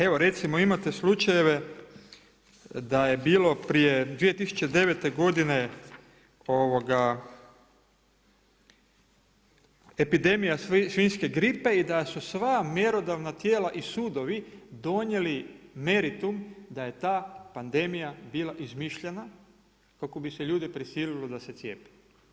Evo recimo imate slučajeve da je bilo prije 2009. godine, epidemija svinjske gripe i da su sva mjerodavna tijela i sudovi donijeli meritum, da je ta epidemija bila izmišljanja, kako bi se ljude prisilo da se cjepi.